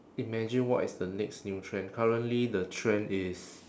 imagine what is the next new trend currently the trend is